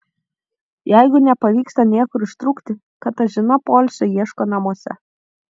jeigu nepavyksta niekur ištrūkti katažina poilsio ieško namuose